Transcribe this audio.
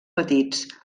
petits